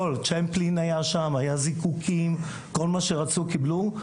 צ'מפלין היה שם, היה זיקוקים, כל מה שרצו קיבלו.